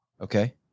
Okay